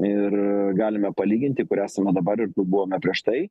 ir galime palyginti kur esame dabar ir kur buvome prieš tai